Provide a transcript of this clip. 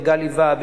מגלי והבה,